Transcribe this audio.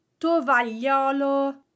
tovagliolo